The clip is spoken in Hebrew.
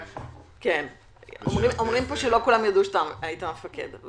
אומרים פה שלא כולם ידעו שאתה היית המפקד.